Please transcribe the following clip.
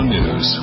News